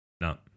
No